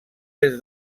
des